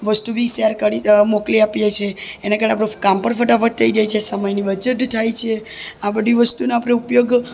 વસ્તુ બી શેર કરી મોકલી આપીએ છીએ એના કારણે આપણું કામ પણ ફટાફટ થઈ જાય છે સમયની બચત થાય છે આ બધી વસ્તુનો આપણે ઉપયોગ પોતાના